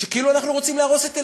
שכאילו אנחנו רוצים להרוס את אל-אקצא,